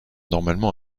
normalement